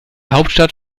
hauptstadt